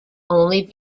only